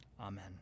Amen